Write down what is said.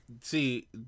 See